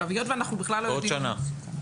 עוד שנה.